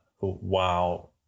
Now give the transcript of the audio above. wow